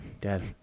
dad